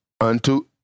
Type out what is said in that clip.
unto